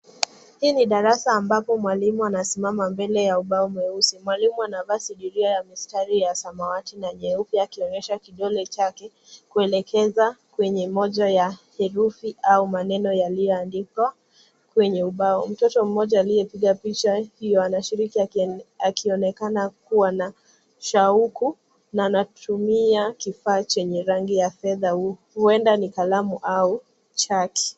Hii ni darasa ambapo mwalimu anasimama mbele ya ubao mweusi. Mwalimu anavaa sidiria ya mstari ya samawati na nyeupe akionyesha kidole chake kuelekeza kwenye moja ya herufi au maneno yaliyoandikwa kwenye ubao. Mtoto mmoja aliyepiga picha hiyo anashiriki akionekana kuwa na shauku, anatumia kifaa chenye rangi ya fedha huenda ni kalamu au chati.